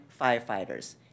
firefighters